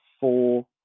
four